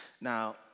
Now